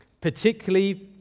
particularly